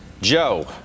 Joe